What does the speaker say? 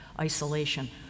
isolation